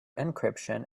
encryption